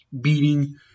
beating